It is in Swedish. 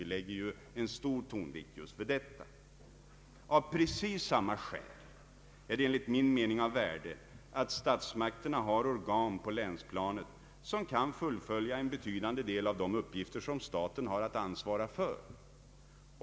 Vi lägger stor vikt vid just detta. Av precis samma skäl är det enligt min mening av värde att statsmakterna har organ på länsplanet som kan fullfölja en betydande del av de uppgifter som staten har att ansvara för.